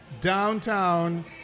downtown